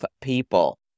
people